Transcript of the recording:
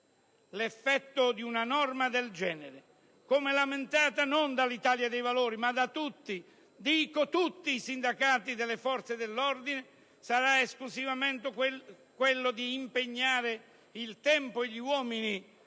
L'effetto di una norma del genere, come lamentato non dall'Italia dei Valori ma da tutti, dico tutti i sindacati delle Forze dell'ordine, sarà esclusivamente quello di impegnare il tempo e gli uomini